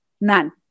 None